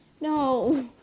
No